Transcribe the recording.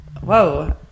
Whoa